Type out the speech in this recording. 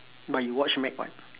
but you watch meg [what]